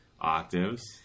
octaves